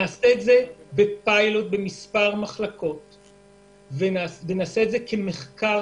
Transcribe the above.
נעשה את זה בפיילוט במספר מחלקות ונעשה את זה כמחקר